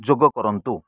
ଯୋଗକରନ୍ତୁ